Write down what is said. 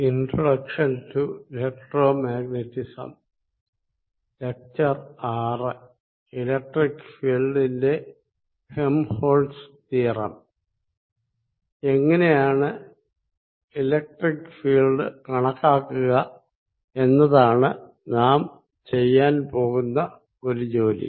electric ഫീൽഡിന്റെ Helmholtz theorem എങ്ങിനെയാണ് electric field കണക്കാക്കുക എന്നതാണ് നാം ചെയ്യാൻ പോകുന്ന ഒരു ജോലി